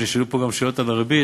נשאלו פה גם שאלות על הריבית,